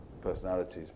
personalities